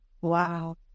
Wow